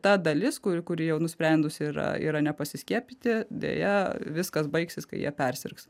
ta dalis kuri kuri jau nusprendusi yra yra nepasiskiepyti deja viskas baigsis kai jie persirgs